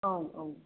औ औ